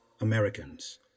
Americans